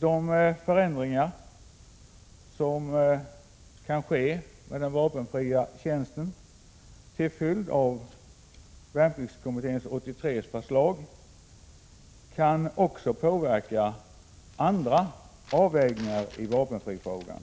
De förändringar i fråga om den vapenfria tjänsten som kan ske till följd av VK-83:s förslag kan också påverka andra avvägningar i vapenfrifrågan.